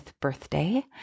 birthday